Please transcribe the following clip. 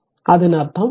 അതിനർത്ഥം R Norton R2